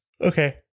Okay